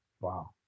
Wow